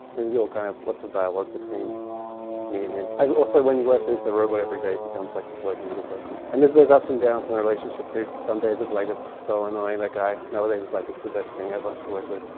it was all kind of lots of dialogue between me and him. also, when you work with the robot every day it becomes like working with a person. and there's there's ups and downs in the relationship through some days, it's like, it's so annoying that guy nowadays, it's like it's the best thing ever to work with,